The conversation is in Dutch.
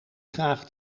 graag